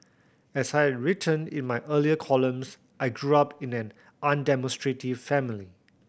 as I written in my earlier columns I grew up in an undemonstrative family